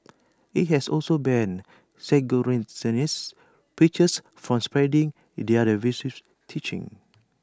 IT has also banned preachers from spreading their teachings